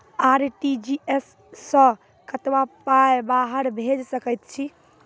RTGS सअ कतबा पाय बाहर भेज सकैत छी?